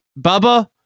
Bubba